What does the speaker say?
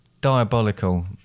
diabolical